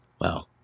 Wow